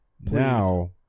now